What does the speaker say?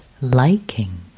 liking